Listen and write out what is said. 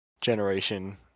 generation